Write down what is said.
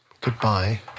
goodbye